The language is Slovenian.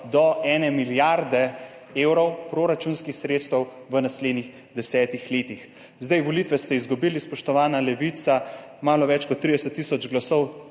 do ene milijarde evrov proračunskih sredstev v naslednjih desetih letih. Volitve ste izgubili, spoštovana Levica, malo več kot 30 tisoč glasov,